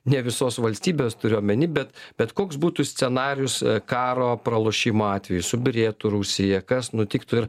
ne visos valstybės turiu omeny bet bet koks būtų scenarijus karo pralošimo atveju subyrėtų rusija kas nutiktų ir